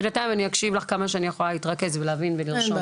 בינתיים אני אקשיב לך כמה שאני יכולה להתרכז ולהבין ולרשום.